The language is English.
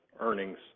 earnings